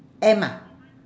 M ah